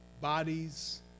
bodies